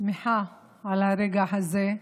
שמחה על הרגע הזה,